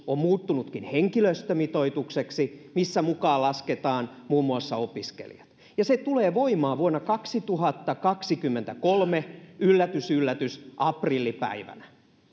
on muuttunutkin henkilöstömitoitukseksi missä mukaan lasketaan muun muassa opiskelijat ja se tulee voimaan vuonna kaksituhattakaksikymmentäkolme yllätys yllätys aprillipäivänä